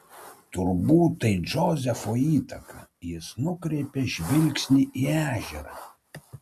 turbūt tai džozefo įtaka jis nukreipė žvilgsnį į ežerą